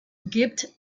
gibt